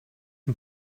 ein